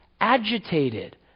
agitated